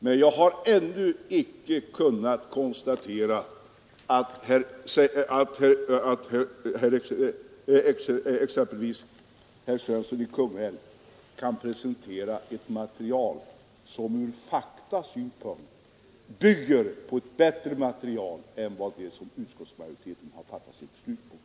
Men jag har ännu icke kunnat konstatera att exempelvis herr Svensson i Kungälv presenterat ett material som bygger på bättre faktauppgifter än dem på vilka utskottsmajoriteten har grundat sitt beslut.